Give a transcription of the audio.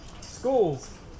schools